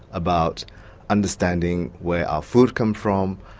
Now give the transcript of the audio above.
about understanding where our food comes from,